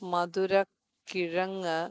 മധുരക്കിഴങ്ങ്